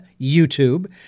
YouTube